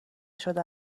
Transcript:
شده